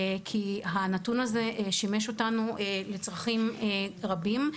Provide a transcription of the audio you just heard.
כי הנתון הזה שימש אותנו לצרכים רבים,